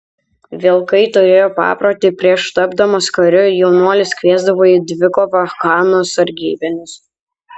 vilkai turėjo paprotį prieš tapdamas kariu jaunuolis kviesdavo į dvikovą chano sargybinius